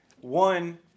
One